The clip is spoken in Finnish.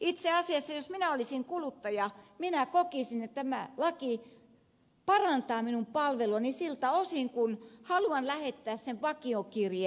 itse asiassa jos minä olisin kuluttaja minä kokisin että tämä laki parantaa minun palveluani siltä osin kuin haluan lähettää sen vakiokirjeen